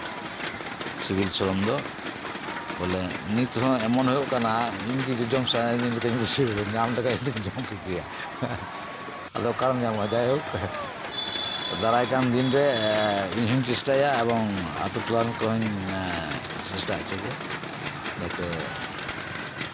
ᱥᱤᱵᱤᱞ ᱥᱚᱲᱚᱢ ᱫᱚ ᱵᱚᱞᱮ ᱱᱤᱛᱦᱚᱸ ᱮᱢᱚᱱ ᱦᱩᱭᱩᱜ ᱠᱟᱱᱟ ᱤᱧᱜᱮ ᱡᱚᱡᱚᱢ ᱥᱟᱱᱟᱧ ᱞᱮᱠᱟᱧ ᱵᱩᱡᱷᱟᱹᱣᱟᱭᱮᱫᱟ ᱧᱟᱢ ᱞᱮᱠᱷᱟᱱ ᱫᱚᱧ ᱡᱚᱢ ᱠᱮᱜᱮᱭᱟ ᱦᱮᱸ ᱟᱫᱚ ᱚᱠᱟᱨᱮᱢ ᱧᱟᱢᱟ ᱡᱟᱭᱦᱳᱠ ᱫᱟᱨᱟᱭ ᱠᱟᱱ ᱫᱤᱱᱨᱮ ᱤᱧ ᱦᱚᱧ ᱪᱮᱥᱴᱟᱭᱟ ᱮᱵᱚᱝ ᱟᱹᱛᱩ ᱴᱚᱞᱟ ᱨᱮᱱ ᱠᱚᱸᱦᱚᱧ ᱪᱮᱥᱴᱟ ᱦᱚᱪᱚ ᱠᱚᱣᱟ ᱡᱟᱛᱮ